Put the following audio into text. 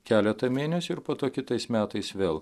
keletą mėnesių ir po to kitais metais vėl